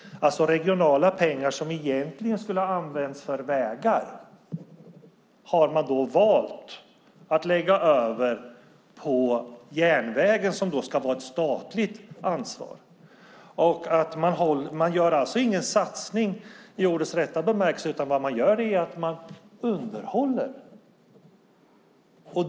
Regionala pengar som egentligen skulle ha använts för vägar har man valt att lägga över på järnvägen, som ska vara ett statligt ansvar. Det sker alltså ingen satsning i ordets rätta bemärkelse utan det sker ett underhåll.